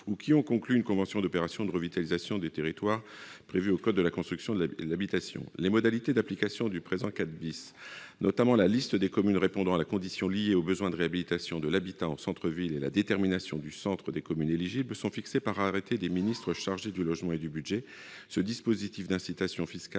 ou qui ont conclu une convention d'opération de revitalisation de territoire prévue à l'article L. 303-2 du code de la construction et de l'habitation. Les modalités d'application du présent IV, notamment la liste des communes répondant à la condition liée au besoin de réhabilitation de l'habitat en centre-ville et la détermination du centre des communes éligibles, sont fixées par arrêté des ministres chargés du logement et du budget ». Ce dispositif d'incitation fiscale